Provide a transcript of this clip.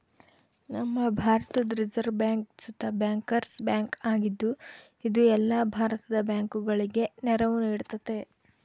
ನಮ್ಮ ಭಾರತುದ್ reserve bank ಸುತ ಬ್ಯಾಂಕರ್ಸ್ ಬ್ಯಾಂಕ್ ಆಗಿದ್ದು, ಇದು ಎಲ್ಲ ಭಾರತದ ಬ್ಯಾಂಕುಗುಳಗೆ ನೆರವು ನೀಡ್ತತೆ